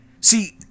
See